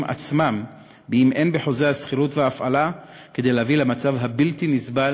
עצמם אם אין בחוזי השכירות וההפעלה כדי להביא למצב הבלתי-נסבל